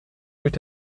durch